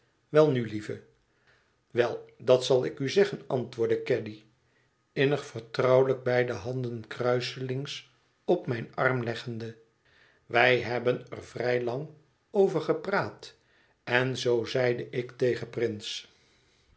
welnu lieve wel dat zal ik u zeggen antwoordde caddy innig vertrouwelijk beide handen kruiselings op mijn arm leggende wij hebben er vrij lang over gepraat en zoo zeide ik tegen prince